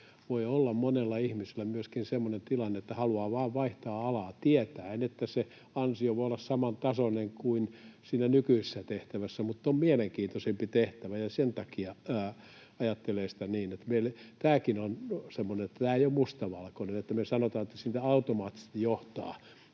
Voi olla monella ihmisellä myöskin semmoinen tilanne, että haluaa vain vaihtaa alaa tietäen, että se ansio voi olla samantasoinen kuin siinä nykyisessä tehtävässä mutta tehtävä on mielenkiintoisempi, ja sen takia ajattelee sitä niin. Tämäkään ei ole mustavalkoista, että me sanotaan, että se automaattisesti johtaa